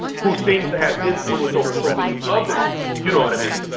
who seems to have influence over so many others, you know what i mean?